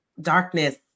darkness